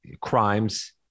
crimes